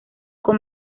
con